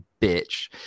bitch